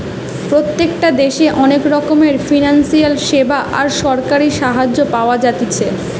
প্রত্যেকটা দেশে অনেক রকমের ফিনান্সিয়াল সেবা আর সরকারি সাহায্য পাওয়া যাতিছে